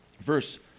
Verse